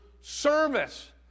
service